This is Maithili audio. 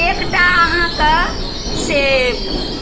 एकटा आहाँके से